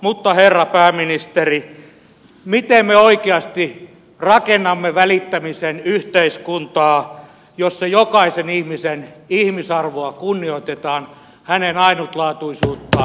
mutta herra pääministeri miten me oikeasti rakennamme välittämisen yhteiskuntaa jossa jokaisen ihmisen ihmisarvoa kunnioitetaan hänen ainutlaatuisuuttaan